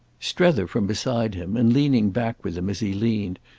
strether, from beside him and leaning back with him as he leaned,